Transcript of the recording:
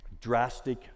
drastic